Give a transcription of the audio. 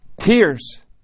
tears